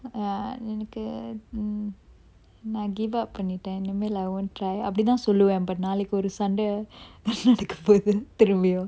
err எனக்கு நா:enakku na give up பண்ணிட்டன் இனிமேல்:pannittan inimel I won't try அப்டிதான் சொல்லுவன்:apdithan solluvan but நாளைக்கு ஒரு சண்டை நடக்கும் போது திரும்பியும்:nalaikku oru sandai nadakkum pothu thirumbiyum